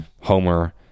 homer